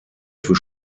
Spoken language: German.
für